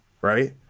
right